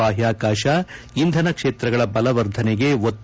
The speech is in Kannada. ಬಾಹ್ಯಾಕಾಶ ಇಂಧನ ಕ್ಷೇತ್ರಗಳ ಬಲವರ್ಧನೆಗೆ ಒತ್ತು